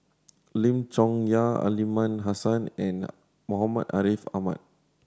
Lim Chong Yah Aliman Hassan and Muhammad Ariff Ahmad